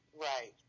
Right